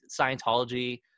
Scientology